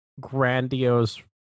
grandiose